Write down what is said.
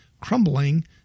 crumbling